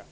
etc.